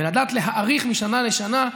וידע להעריך, משנה לשנה,